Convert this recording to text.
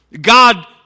God